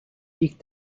ilk